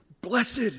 blessed